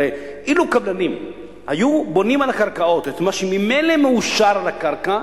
הרי אילו קבלנים היו בונים על הקרקעות את מה שממילא מאושר לקרקע,